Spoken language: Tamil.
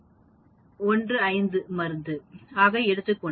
9 1 5 ஆக எடுத்துக் கொண்டால் உயிர் 0